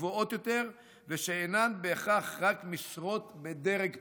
גבוהות יותר ושאינן בהכרח רק משרות בדרג פתיחה.